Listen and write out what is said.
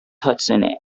hudson